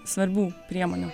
svarbių priemonių